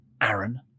Aaron